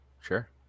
Sure